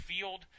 field